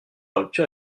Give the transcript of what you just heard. rupture